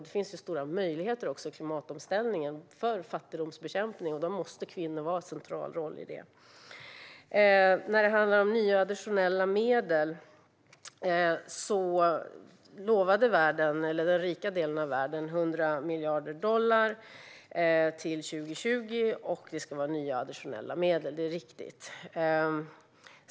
Det finns stora möjligheter i klimatomställningen för fattigdomsbekämpning, och då måste kvinnor ha en central roll i det hela. När det gäller nya och additionella medel lovade den rika delen av världen 100 miljarder dollar till 2020 och att det ska handla om nya och additionella medel - det är riktigt.